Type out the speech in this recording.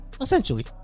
Essentially